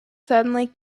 suddenly